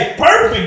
perfect